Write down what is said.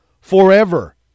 forever